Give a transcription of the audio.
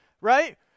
right